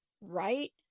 right